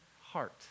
heart